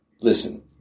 listen